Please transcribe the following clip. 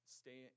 stay